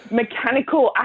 mechanical